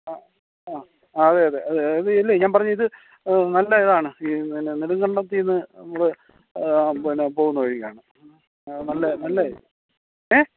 ആ ആ അതെ അതെ അത് ഇല്ല ഞാൻ പറഞ്ഞ ഇത് നല്ല ഇതാണ് പിന്നെ നെടുകണ്ടത്തിൽ നിന്ന് നമ്മൾ പിന്നെ പോകുന്ന വഴിക്കാണ് നല്ല നല്ല ഏ